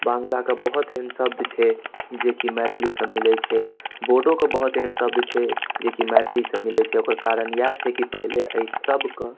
बांग्ला कऽ बहुत एहन शब्द छै जेकी मैथिलीसँ मिलैत छै बोडो कऽ बहुत एहन शब्द छै जेकी मैथिलीसँ मिलैत छै ओकर कारण इएह छै कि पहिले एहि सबकऽ